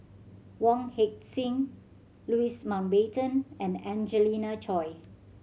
Wong Heck Sing Louis Mountbatten and Angelina Choy